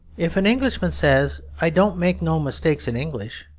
if an englishman says, i don't make no mistakes in english,